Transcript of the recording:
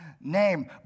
name